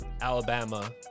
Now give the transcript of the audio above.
Alabama